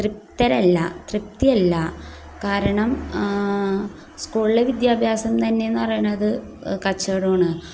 തൃപ്തരല്ല തൃപ്തിയില്ല കാരണം സ്കൂളിലെ വിദ്യാഭ്യാസം തന്നെയെന്ന് പറയണത് കച്ചവടമാണ്